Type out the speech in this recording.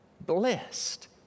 blessed